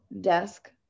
desk